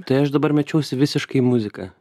tai aš dabar mečiausi visiškai į muziką